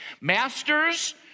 Masters